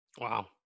Wow